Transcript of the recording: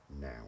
now